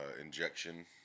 injection